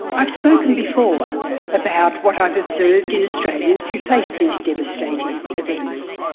i've spoken before about what i've observed in australians who face these devastating events.